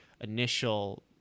initial